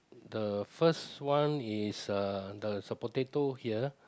the first one is uh there's a potato here